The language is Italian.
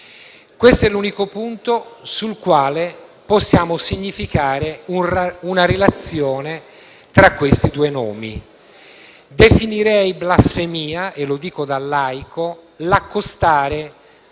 questo è l'unico punto sul quale possiamo significare una relazione tra questi due nomi. Definirei blasfemia - e lo dico da laico - l'accostare